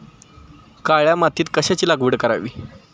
काळ्या मातीत कशाची लागवड करावी?